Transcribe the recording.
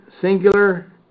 singular